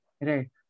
right